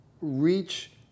reach